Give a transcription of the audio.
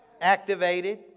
Activated